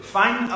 find